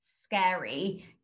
scary